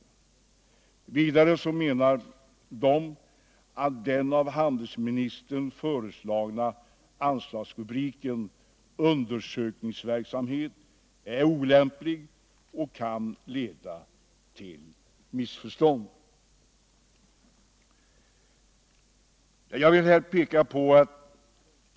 Vidare menar de att den av handelsministern föreslagna anslagsrubriken ”Undersökningsverksamhet” är olämplig och kan leda till missförstånd.